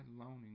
loaning